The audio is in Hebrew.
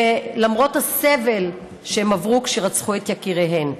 למרות הסבל שהם עברו כשרצחו את יקיריהם.